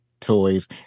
toys